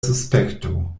suspekto